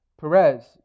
Perez